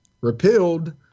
repealed